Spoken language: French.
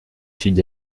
sud